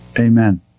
Amen